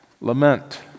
Lament